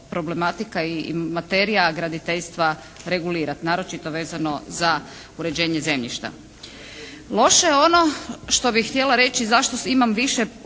problematika i materija graditeljstva regulirati, naročito vezano za uređenje zemljišta. Loše je ono što bih htjela reći, zašto imam više